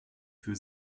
für